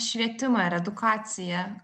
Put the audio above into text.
švietimą ir edukaciją